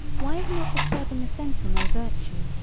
why is not disturbing a centre no virtue,